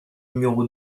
numéro